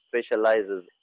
specializes